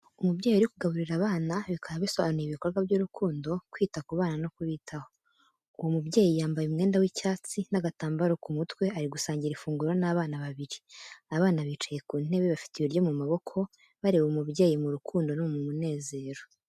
Umubyeyi uri kugaburira abana, bikaba bisobanuye ibikorwa by'urukundo, kwita ku bana no kubitaho. Uwo mubyeyi yambaye umwenda w'icyenda n'agatambaro ku mutwe ari gusangira ifunguro n'abana babiri. Abana bicaye ku ntebe bafite ibiryo mu maboko, bareba umubyeyi mu rukundo no mu munezero.